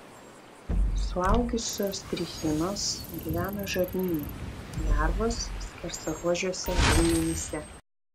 suaugusios trichinos gyvena žarnyne lervos skersaruožiuose raumenyse